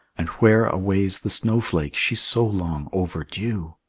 and where away's the snowflake, she's so long overdue?